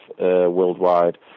worldwide